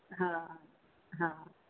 હા હા